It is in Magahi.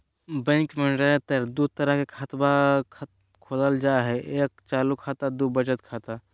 बैंकवा मे ज्यादा तर के दूध तरह के खातवा खोलल जाय हई एक चालू खाता दू वचत खाता